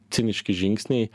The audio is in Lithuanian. ciniški žingsniai